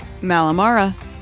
Malamara